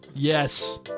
Yes